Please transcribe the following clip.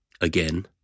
Again